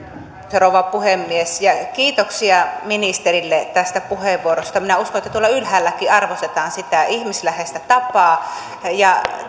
rouva puhemies kiitoksia ministerille tästä puheenvuorosta minä uskon että tuolla ylhäälläkin arvostetaan sitä ihmisläheistä tapaa ja